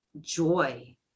joy